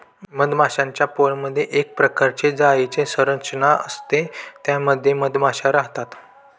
मधमाश्यांच्या पोळमधे एक प्रकारे जाळीची संरचना असते त्या मध्ये मधमाशा राहतात